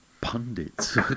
Pundits